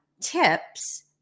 tips